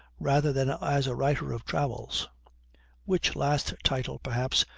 rather than as a writer of travels which last title, perhaps,